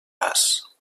pas